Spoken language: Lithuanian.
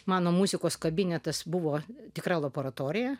mano muzikos kabinetas buvo tikra laboratorija